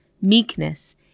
meekness